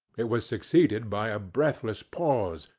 it was succeeded by a breathless pause,